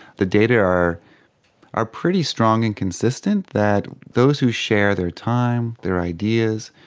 the data are are pretty strong and consistent, that those who share their time, their ideas,